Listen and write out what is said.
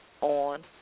on